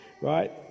right